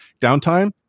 Downtime